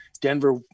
Denver